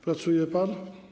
Pracuje pan?